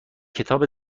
کتاب